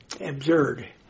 absurd